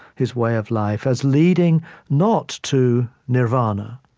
his way of life, as leading not to nirvana,